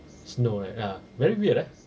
snow eh ah ya very weird eh